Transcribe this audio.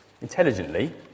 intelligently